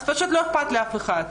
אז פשוט לא אכפת לאף אחד,